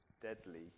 deadly